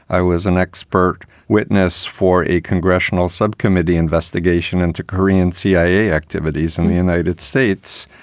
i was an expert witness for a congressional subcommittee investigation into korean cia activities in the united states.